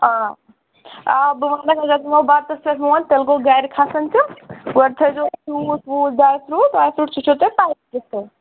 آ آ بہٕ وَنَکھ اگر تِمَو بَتَس پٮ۪ٹھ مون تیٚلہِ گوٚو گَرِ کھَسَن تِم گۄڈٕ تھٲوِزیٚو جوٗس ووٗس ڈراے فرٛوٗٹ واے فروٗٹ سُہ چھُو تۄہہِ پَتہٕے کِتھٕ کٔنۍ